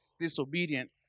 disobedient